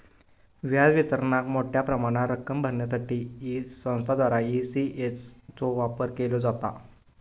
व्याज वितरणाक मोठ्या प्रमाणात रक्कम भरण्यासाठी संस्थांद्वारा ई.सी.एस चो वापर केलो जाता